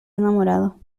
enamorado